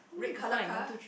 red colour car